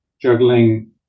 juggling